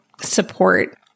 support